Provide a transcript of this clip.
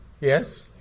Yes